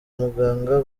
muganga